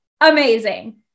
Amazing